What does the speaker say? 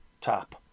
tap